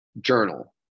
journal